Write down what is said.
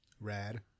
Rad